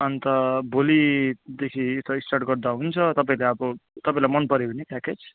अन्त भोलिदेखि त स्टार्ट गर्दा हुन्छ तपाईँले अब तपाईँलाई मन पर्यो भने प्याकेज